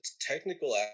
technical